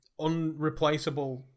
unreplaceable